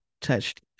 touched